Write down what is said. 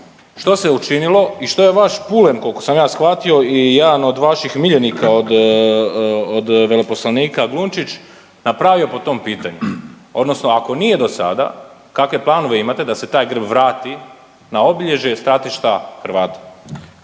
što se učinilo i što je vaš pulen, koliko sam ja shvatio i jedan od vaših miljenika od veleposlanika Glunčić napravio po tom pitanju, odnosno ako nije do sada, kakve planove imate da se taj grb vrati na obilježje stratišta Hrvata?